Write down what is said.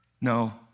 No